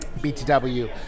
BTW